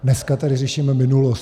Dneska tady řešíme minulost.